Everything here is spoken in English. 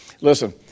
Listen